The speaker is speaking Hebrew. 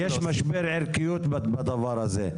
כי יש משבר ערכיות בדבר הזה.